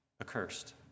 accursed